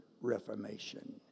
Reformation